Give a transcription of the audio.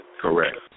Correct